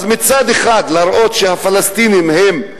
מצד אחד להראות שהפלסטינים הם,